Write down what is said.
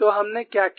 तो हमने क्या किया